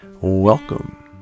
Welcome